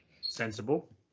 Sensible